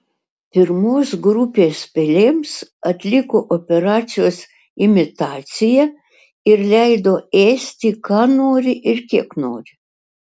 pirmos grupės pelėms atliko operacijos imitaciją ir leido ėsti ką nori ir kiek nori